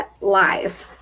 Live